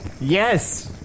yes